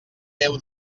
déu